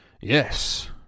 Yes